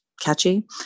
catchy